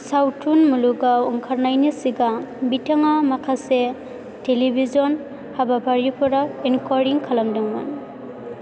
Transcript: सावथुन मुलुगाव ओंखारनायनि सिगां बिथाङा माखासे टेलिभिजन हाबाफारिफोराव एन्करिं खालामदोंमोन